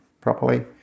properly